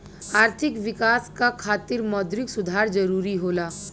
आर्थिक विकास क खातिर मौद्रिक सुधार जरुरी होला